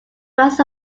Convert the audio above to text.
was